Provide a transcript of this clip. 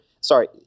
sorry